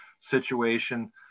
situation